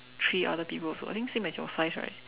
three other people also I think same as your size right